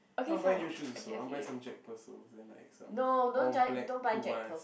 I want buy new shoes also I want buy some Jack-Purcell and like some all black Pumas